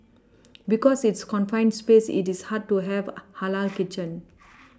because it's confined space it is hard to have halal kitchen